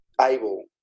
able